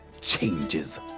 changes